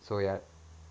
so ya